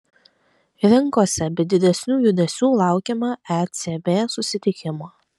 rinkose be didesnių judesių laukiama ecb susitikimo